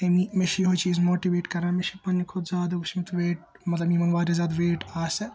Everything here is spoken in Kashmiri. أمی مےٚ چھِ یہُے چیز ماٹِویٹ کَران مےٚ چھِ پَننہِ کھۄتہٕ زیادٕ وُچھمٕتۍ ویٚٹھ مَطلَب یِمَن وارِیاہ زیادٕ ویٹ آسہِ